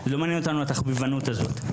לא מעניין אותנו התחביבנות הזאת,